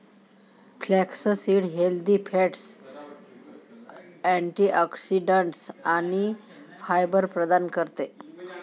flaxseed healthy fats, antioxidants आणि fibre प्रदान करते